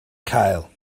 cael